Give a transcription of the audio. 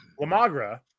Lamagra